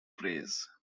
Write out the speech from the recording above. praise